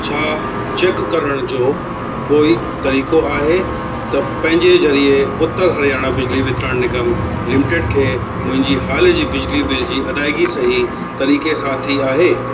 छा चेक करण जो कोई तरीको आहे त पंहिंजे जरिये उत्तर हरियाणा बिजली वितरण निगम लिमिटेड खे मुंहिंजी हाल जी बिजली बिल जी अदायगी सही तरीक़े सां थी आहे